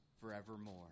forevermore